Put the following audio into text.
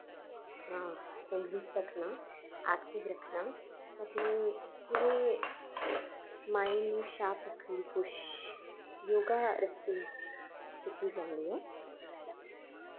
हां तंदरुस्त रक्खनां ऐक्टिव रक्खनां माईंड़ नू शार्प रक्खन दी कोशिश योगा आस्ते कीती जंदी ऐ